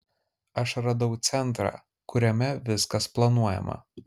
aš radau centrą kuriame viskas planuojama